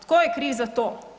Tko je kriv za to?